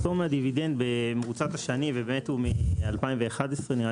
הפטור מהדיבידנד במרוצת השנים ובאמת מ-2011 יש